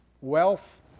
wealth